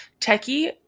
techie